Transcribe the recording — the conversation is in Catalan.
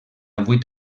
vuit